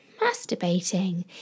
masturbating